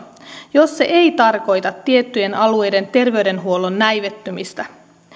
jos se ei tarkoita tiettyjen alueiden terveydenhuollon näivettymistä